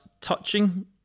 touching